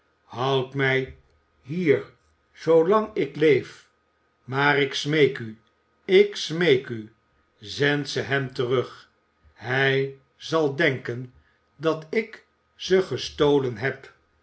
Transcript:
houdt mij hier zoolang ik leef maar ik smeek u ik smeek u zendt ze hem terug hij zal denken dat ik ze gestolen heb